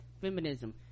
feminism